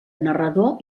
narrador